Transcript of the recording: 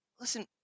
listen